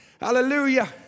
hallelujah